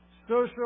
Social